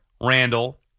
Randall